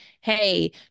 hey